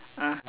ah